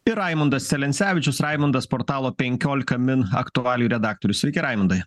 ir raimundas celencevičius raimundas portalo penkiolika min aktualijų redaktorius sveiki raimundai